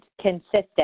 consistent